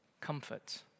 comfort